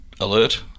alert